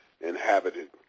inhabited